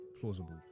plausible